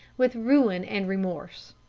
with ruin and remorse.